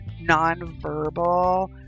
non-verbal